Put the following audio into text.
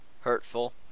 hurtful